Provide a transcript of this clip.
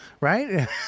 Right